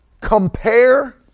compare